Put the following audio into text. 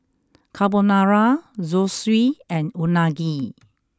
Carbonara Zosui and Unagi